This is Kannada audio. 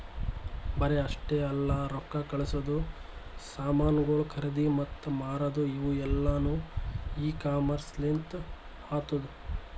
ಬರೇ ಅಷ್ಟೆ ಅಲ್ಲಾ ರೊಕ್ಕಾ ಕಳಸದು, ಸಾಮನುಗೊಳ್ ಖರದಿ ಮತ್ತ ಮಾರದು ಇವು ಎಲ್ಲಾನು ಇ ಕಾಮರ್ಸ್ ಲಿಂತ್ ಆತ್ತುದ